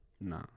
No